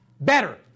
better